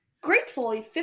Gratefully